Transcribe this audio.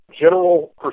general